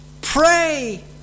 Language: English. Pray